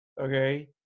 okay